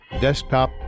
desktop